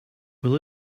will